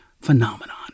phenomenon